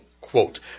Quote